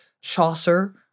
Chaucer